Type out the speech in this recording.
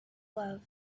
love